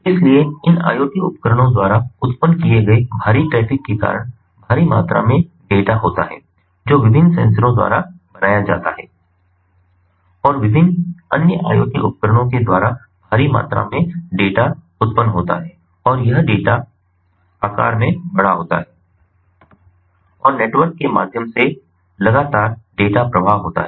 इसलिए इन IoT उपकरणों द्वारा उत्पन्न किए गए भारी ट्रैफ़िक के कारण भारी मात्रा में डेटा होता है जो विभिन्न सेंसरों द्वारा बनाया जाता है और विभिन्न अन्य IoT उपकरणों के द्वारा भारी मात्रा में डेटा उत्पन्न होता है और यह डेटा आकार में बड़ा होता है और नेटवर्क के माध्यम से लगातार डेटा प्रवाह होता है